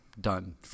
done